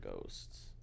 ghosts